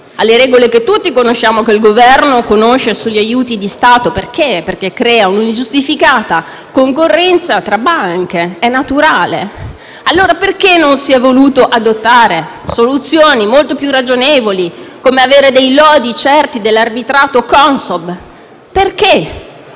alle regole che tutti conosciamo e che il Governo conosce sugli aiuti di Stato, perché crea un'ingiustificata concorrenza tra banche, com'è naturale. Perché, allora, non si sono volute adottare soluzioni molto più ragionevoli, come avere dei lodi certi dell'arbitrato Consob? Volevate